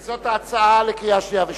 וזאת ההצעה לקריאה שנייה וקריאה שלישית.